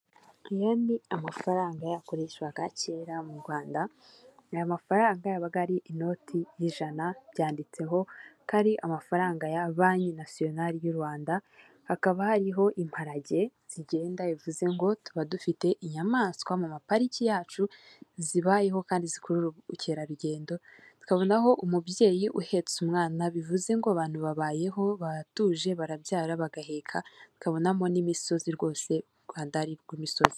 Ayo ni amafaranga yakoreshwaga kera mu Rwanda, ayo mafaranga yabaga ari inoti y'ijana byanditseho ko ari amafaranga ya banki nasiyonari y'u Rwanda, hakaba hariho imparage zigenda bivuze ngo tuba dufite inyamaswa mu mapariki yacu zibayeho kandi zikurura ubukerarugendo, tukabona aho umubyeyi uhetse umwana bivuze ngo abantu babayeho batuje barabyara bagaheka, kabonamo n'imisozi rwose TRwanda ari urw' misozi.